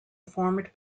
formed